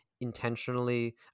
intentionally